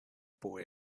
boy